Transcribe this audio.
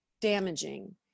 damaging